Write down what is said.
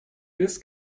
this